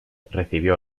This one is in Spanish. recibió